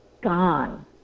gone